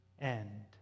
end